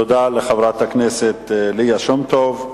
תודה לחברת הכנסת ליה שמטוב.